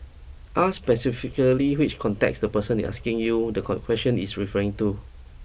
ask specifically which context the person is asking you the con question is referring to